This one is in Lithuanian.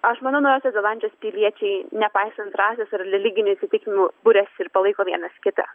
aš manau naujosios zelandijos piliečiai nepaisant rasės ar religinių įsitikinimų buriasi ir palaiko vienas kitą